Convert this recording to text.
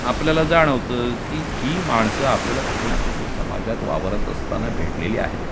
आपल्याला जाणवतं की ही माणसं आपल्याला कुठे ना कुठे समाजात वावरत असताना भेटलेली आहेत